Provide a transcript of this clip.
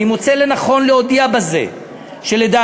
"אני מוצא לנכון להודיע בזה שלדעתי,